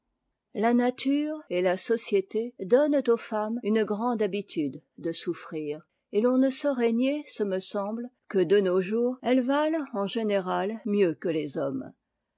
les lumières et la tiberté grande habitude de souffrir et l'on ne saurait nier ce me semble que de nos jours elles ne vaillent en générât mieux que les hommes